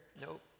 Nope